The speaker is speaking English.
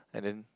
and then